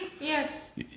Yes